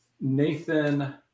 Nathan